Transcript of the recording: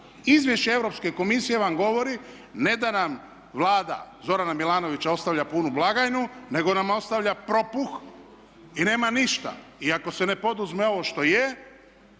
Izvješće Europske komisije vam govori, ne da nam Vlada Zorana Milanovića ostavlja punu blagajnu nego nam ostavlja propuh i nema ništa. I ako se ne poduzme ovo što je